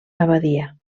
abadia